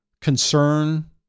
concern